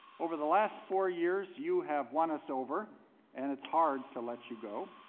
over the last four years you have won us over and it's hard to let you go.